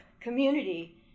community